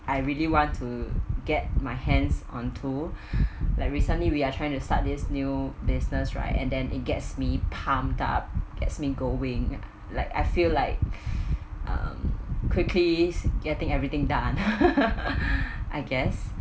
I really want to get my hands on too like recently we are trying to start this new business right and then it gets me pumped up gets me going like I feel like um quickly getting everything done I guess